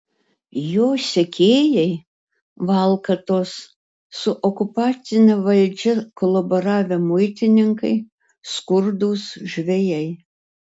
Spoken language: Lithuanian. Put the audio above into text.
jo sekėjai valkatos su okupacine valdžia kolaboravę muitininkai skurdūs žvejai